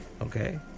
okay